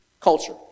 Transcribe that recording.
culture